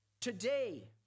today